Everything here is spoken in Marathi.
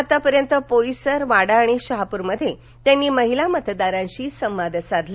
आतापर्यंत पोईसर वाडा आणि शहापुरमध्ये त्यांनी महिला मतदारांशी संवाद साधला